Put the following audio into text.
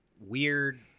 weird